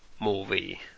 movie